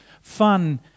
fun